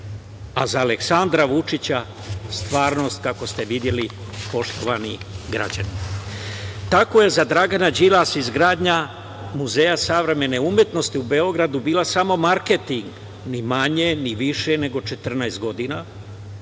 a za Aleksandra Vučića stvarnost, kako ste videli poštovani građani. Tako je za Dragana Đilasa izgradnja Muzeja savremene umetnosti u Beogradu bila samo marketing, ni manje, ni više nego 14 godina,